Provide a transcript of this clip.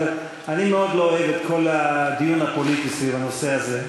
אבל אני מאוד לא אוהב את כל הדיון הפוליטי סביב הנושא הזה.